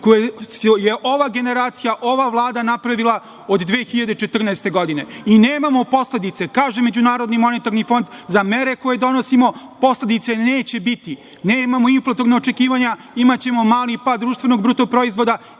koji je ova generacija, ova Vlada napravila od 2014. godine. Nemamo posledice, kaže MMF za mere koje donosimo, posledica neće biti. Nemamo inflatoran očekivanja, imaćemo mali pad društvenog bruto proizvoda,